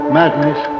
madness